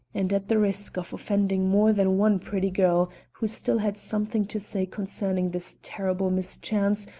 and at the risk of offending more than one pretty girl who still had something to say concerning this terrible mischance,